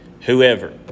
whoever